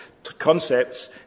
concepts